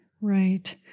Right